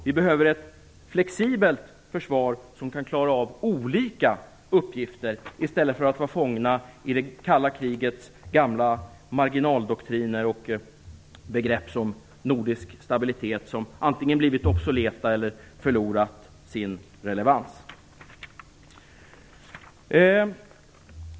Vi behöver ett flexibelt försvar som kan klara av olika uppgifter i stället för att vara fångna i det kalla krigets gamla marginaldoktriner och begrepp - t.ex. nordisk stabilitet - som antingen blivit obsoleta eller som förlorat sin relevans.